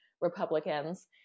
Republicans